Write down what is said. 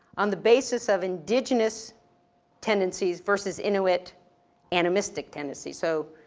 on the basis of indigenous tendencies versus inuit animistic tendencies. so,